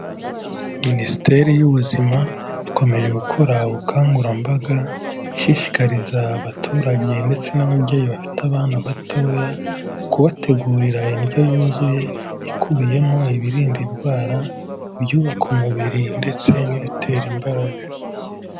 Minisiteri y'ubuzima ikomeje gukora ubukangurambaga ishishikariza abaturage ndetse n'ababyeyi bafite abana batoya, kubategurira indyo yuzuye ikubiyemo ibirinda indwara ibyubaka umubiri ndetse n'ibitera imbaraga.